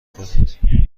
کنید